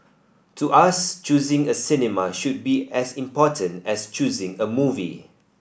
to us choosing a cinema should be as important as choosing a movie